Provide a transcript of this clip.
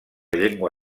llengua